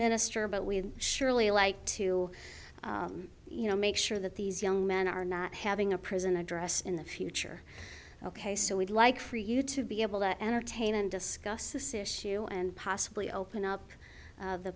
minister but we surely like to you know make sure that these young men are not having a prison address in the future ok so we'd like for you to be able to entertain and discuss this issue and possibly open up